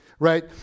Right